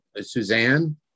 Suzanne